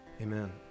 Amen